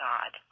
God